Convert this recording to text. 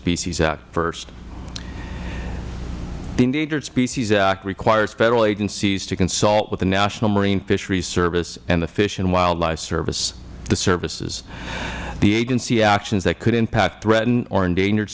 species act first the endangered species act requires federal agencies to consult with the national marine fisheries service and the fish and wildlife service the services the agency actions that could impact threatened or endangered